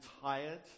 tired